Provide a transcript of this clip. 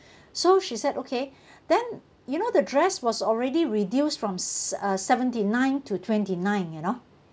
so she said okay then you know the dress was already reduced from s~ uh seventy nine to twenty nine you know